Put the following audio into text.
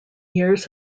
years